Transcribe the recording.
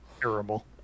Terrible